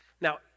Now